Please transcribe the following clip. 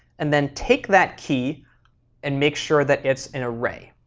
and then take that key and make sure that it's an array.